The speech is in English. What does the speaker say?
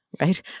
right